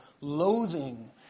loathing